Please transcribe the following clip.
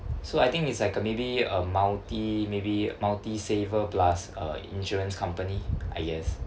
so I think it's like a maybe a multi maybe multi saver plus a insurance company I guess